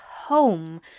home